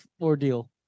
ordeal